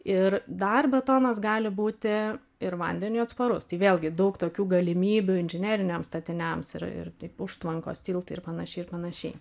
ir dar betonas gali būti ir vandeniui atsparus tai vėlgi daug tokių galimybių inžineriniams statiniams ir ir taip užtvankos tiltai ir panašiai ir panašiai